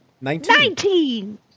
Nineteen